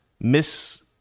Miss